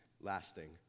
lasting